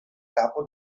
capo